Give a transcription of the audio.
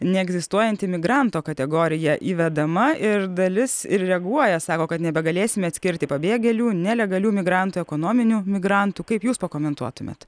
neegzistuojanti migranto kategorija įvedama ir dalis ir reaguoja sako kad nebegalėsime atskirti pabėgėlių nelegalių migrantų ekonominių migrantų kaip jūs pakomentuotumėt